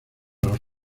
los